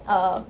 err